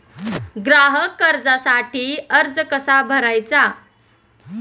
ग्राहक कर्जासाठीचा अर्ज कसा भरायचा?